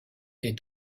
est